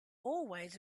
always